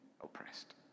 oppressed